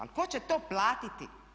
Ali tko će to platiti?